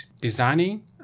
designing